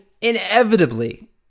inevitably